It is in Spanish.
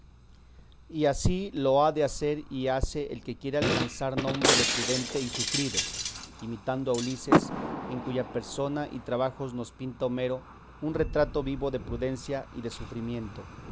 y así lo ha de hacer y hace el que quiere alcanzar nombre de prudente y sufrido imitando a ulises en cuya persona y trabajos nos pinta homero un retrato vivo de prudencia y de sufrimiento